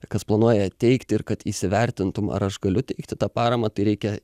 kas planuoja ją teikti ir kad įsivertintum ar aš galiu teikti tą paramą tai reikia